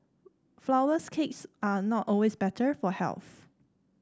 flourless cakes are not always better for health